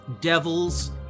Devils